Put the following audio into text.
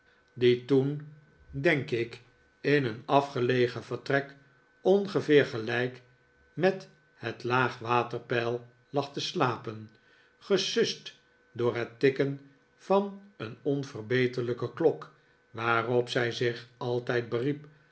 die toen denk ik in een afgelegen vertrek ongeveer gelijk met het laagwater peil lag te slapen gesust door het tikken van een onverbeterlijke klok waarop zij zich altijd beriep